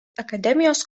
akademijos